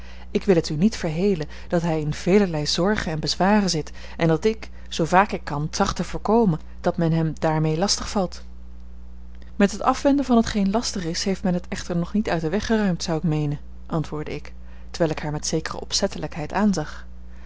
ik wil het u niet verhelen dat hij in velerlei zorgen en bezwaren zit en dat ik zoo vaak ik kan tracht te voorkomen dat men hem daarmee lastig valt met het afwenden van hetgeen lastig is heeft men het echter nog niet uit den weg geruimd zou ik meenen antwoordde ik terwijl ik haar met zekere